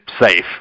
safe